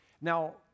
Now